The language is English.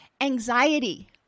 anxiety